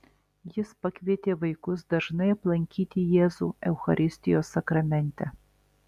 jis pakvietė vaikus dažnai aplankyti jėzų eucharistijos sakramente